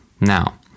Now